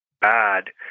bad